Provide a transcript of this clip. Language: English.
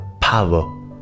power